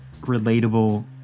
relatable